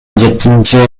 жетинчи